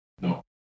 No